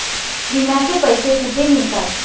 विम्याचे पैसे कुठे मिळतात?